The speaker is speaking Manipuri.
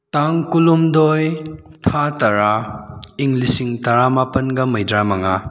ꯇꯥꯡ ꯀꯨꯟꯍꯨꯝꯗꯣꯏ ꯊꯥ ꯇꯔꯥ ꯏꯪ ꯂꯤꯁꯤꯡ ꯇꯔꯥꯃꯥꯄꯟꯒ ꯃꯩꯗ꯭ꯔꯥꯃꯉꯥ